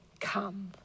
come